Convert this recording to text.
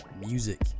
music